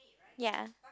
ya